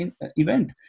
event